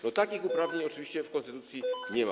No takich uprawnień oczywiście w konstytucji nie ma.